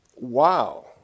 wow